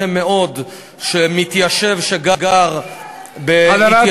שמפריע לכם מאוד שמתיישב שגר בהתיישבות ביהודה ושומרון,